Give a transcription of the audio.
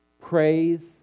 Praise